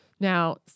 Now